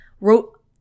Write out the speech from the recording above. wrote